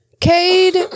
Cade